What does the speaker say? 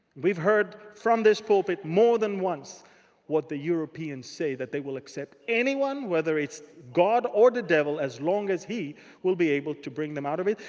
we've heard from this pulpit more than once what the europeans say. that they will accept anyone. whether it's god or the devil, as long as he will be able to bring them out of it.